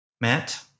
Matt